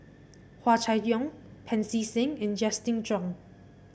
Hua Chai Yong Pancy Seng and Justin Zhuang